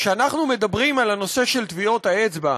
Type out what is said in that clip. כשאנחנו מדברים על הנושא של טביעות האצבע,